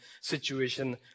situation